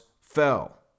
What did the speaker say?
fell